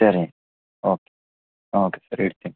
ಸರಿ okay okay sir ಇಡ್ತೀನಿ